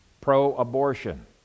pro-abortion